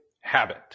habit